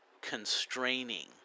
constraining